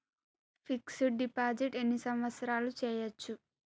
Fix డ్ deposit ఎన్ని సంవత్సరాలు చేయచ్చు?